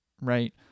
Right